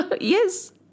yes